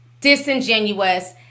disingenuous